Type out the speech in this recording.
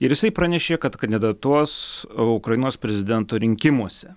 ir jisai pranešė kad kandidatuos ukrainos prezidento rinkimuose